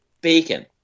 bacon